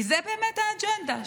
כי זו באמת האג'נדה,